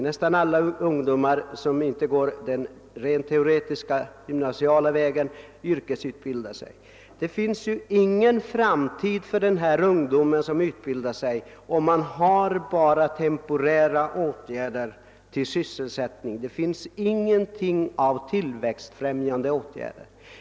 Nästan alla ungdomar som inte går den rent teoretiska gymnasiala vägen yrkesutbildar sig. Det finns ingen framtid för den ungdom som utbildar sig om man bara vidtar temporära sysselsättningsåtgärder och inga tillväxtfrämjande åtgärder.